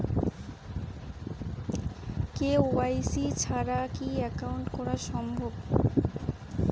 KYC ছাড়া কি account করা সম্ভব?